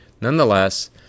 Nonetheless